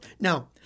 Now